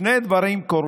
שני דברים קורים,